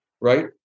right